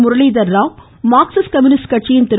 Muralidhar Rao Marxist communist கட்சியின் திரு